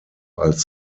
als